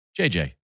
JJ